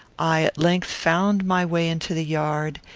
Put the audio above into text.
i at length found my way into the yard,